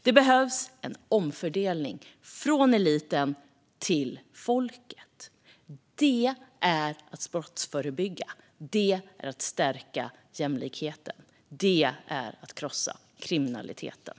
Det behövs en omfördelning från eliten till folket. Det är att brottsförebygga. Det är att stärka jämlikheten. Det är att krossa kriminaliteten.